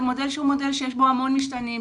זה מודל שיש בו הרבה משתנים,